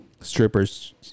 strippers